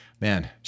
Man